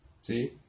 See